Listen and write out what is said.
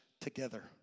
together